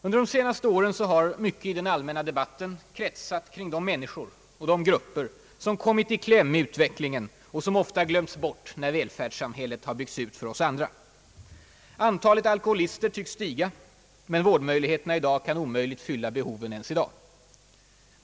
Under de senaste åren har mycket i den allmänna debatten kretsat kring de människor och de grupper som kommit i kläm i utvecklingen och som ofta glömts bort när välfärdssamhället har byggts ut för oss andra. Antalet alkoholister tycks stiga men vårdmöjligheterna kan omöjligt fylla behoven ens i dag.